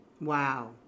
Wow